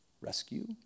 Rescue